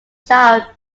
child